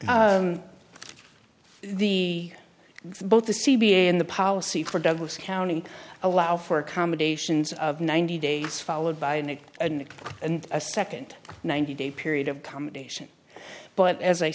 the both the c b a and the policy for douglas county allow for accommodations of ninety days followed by an a and e and a second ninety day period of combination but as i